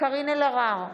קארין אלהרר,